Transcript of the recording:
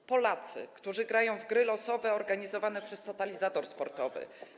To Polacy, którzy grają w gry losowe organizowane przez Totalizator Sportowy.